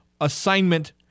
assignment